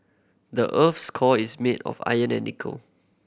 the earth's core is made of iron and nickel